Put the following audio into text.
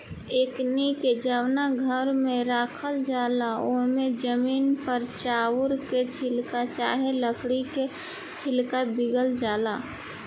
एकनी के जवना घर में राखल जाला ओमे जमीन पर चाउर के छिलका चाहे लकड़ी के छिलका बीगल जाला